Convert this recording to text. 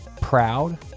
proud